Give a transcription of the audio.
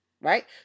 right